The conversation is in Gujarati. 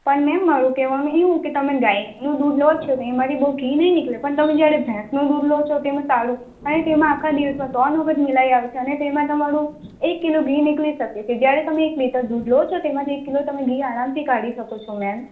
પણ મેમ મારુ કહેવાનું એવુ કે તમે ગાયનું દૂધ લો છો તો એમાંથી બહુ ઘી નહી નીકળે પણ તમે જ્યારે ભેસનું દૂધ લો છો તો તેમા સારુ કારણકે એમાં આખા દિવસમાં ત્રણ વખત મલાઈ આવે છે અને તેમા તમારું એક કિલો ઘી નીકળી શકે છે જ્યારે તમે એક લિટર દૂધ લો છો તેમાથી એક કિલો ઘી આરામથી કાઢી શકો છો મેમ